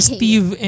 Steve